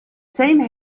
same